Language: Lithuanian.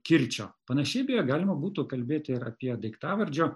kirčio panašiai beje galima būtų kalbėti ir apie daiktavardžio